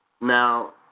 Now